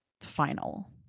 final